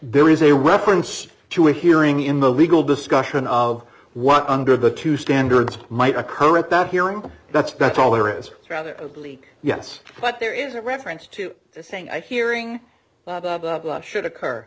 there is a reference to a hearing in the legal discussion of what under the two standards might occur at that hearing but that's that's all there is rather bleak yes but there is a reference to this thing i fear ng that should